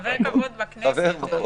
חבר כבוד בכנסת.